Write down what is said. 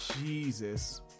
jesus